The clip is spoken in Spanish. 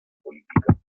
política